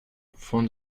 von